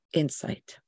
insight